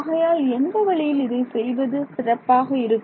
ஆகையால் எந்த வழியில் இதை செய்வது சிறப்பாக இருக்கும்